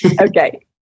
Okay